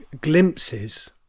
glimpses